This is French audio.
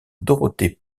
dorothée